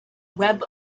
web